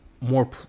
more